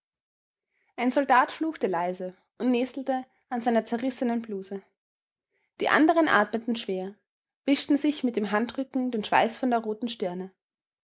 ein soldat fluchte leise und nestelte an seiner zerrissenen bluse die anderen atmeten schwer wischten sich mit dem handrücken den schweiß von der roten stirne